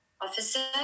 officer